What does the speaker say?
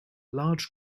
large